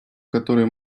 которые